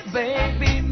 baby